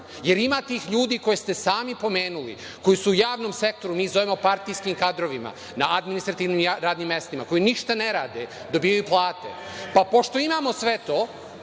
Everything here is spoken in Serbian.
jer ima tih ljudi koje ste sami pomenuli, koji su u javnom sektoru, mi ih zovemo partijskim kadrovima, na administrativnim radnim mestima koji ništa ne rade, dobijaju plate, pa pošto imamo sve to,